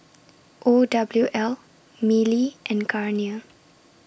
O W L Mili and Garnier